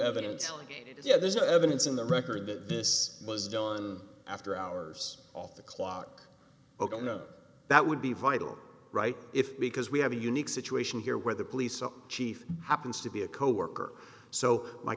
evidence yet there's no evidence in the record that this was done after hours off the clock oh no that would be vital right if because we have a unique situation here where the police chief happens to be a coworker so my